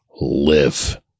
live